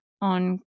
on